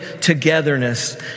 togetherness